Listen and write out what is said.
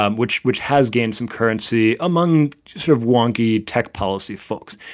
um which which has gained some currency among sort of wonky tech policy folks.